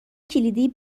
کلیدی